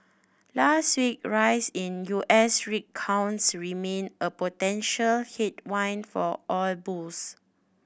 last week rise in U S rig counts remain a potential headwind for oil bulls